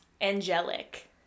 angelic